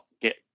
get